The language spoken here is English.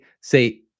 say